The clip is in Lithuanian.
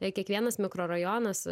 jei kiekvienas mikrorajonas